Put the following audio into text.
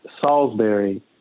Salisbury